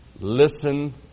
Listen